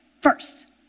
first